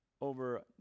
over